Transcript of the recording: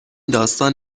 داستان